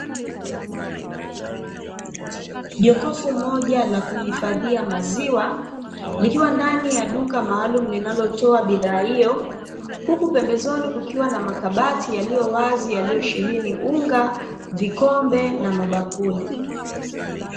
Jokofu moja la kuhifazia maziwa likiwa ndani ya duka maalumu linalotoa bidhaa hiyo, huku pembezoni kukiwa na makabati yaliyowazi yaliyo sheheni unga vikombe na mabakuli.